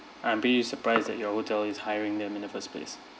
I'm pretty surprised that your hotel is hiring them in the first place